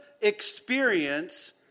experience